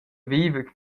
viver